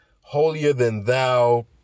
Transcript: holier-than-thou